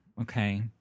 Okay